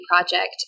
project